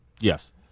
Yes